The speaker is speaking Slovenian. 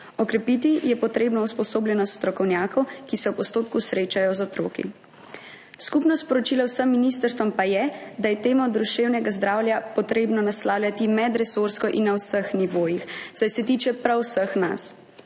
Okrepiti je potrebno usposobljenost strokovnjakov, ki se v postopku srečajo z otroki. Skupno sporočilo vsem ministrstvom pa je, da je temo duševnega zdravja potrebno naslavljati medresorsko in na vseh nivojih, saj se tiče prav vseh nas.